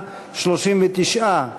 ההצעה, 39,